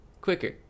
quicker